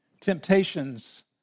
Temptations